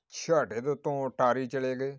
ਛੇਹਰਾਟੇ ਦੇ ਉੱਤੋਂ ਅਟਾਰੀ ਚਲੇ ਗਏ